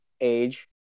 age